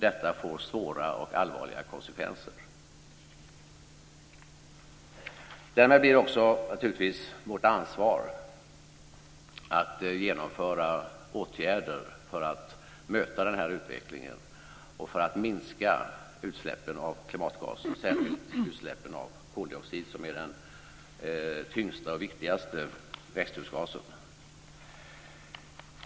Detta får svåra och allvarliga konsekvenser. Därmed blir det också vårt ansvar att genomföra åtgärder för att möta den här utvecklingen och för att minska utsläppen av klimatgaser, särskilt utsläppen av koldioxid som är den tyngsta och viktigaste växthusgasen.